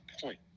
point